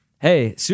hey